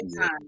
time